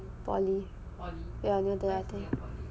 poly near there